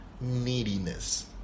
neediness